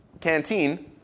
canteen